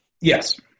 Yes